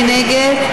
מי נגד?